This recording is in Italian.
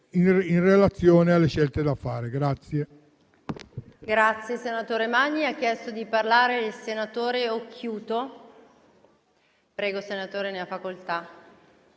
Grazie